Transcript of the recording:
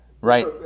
right